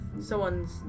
someone's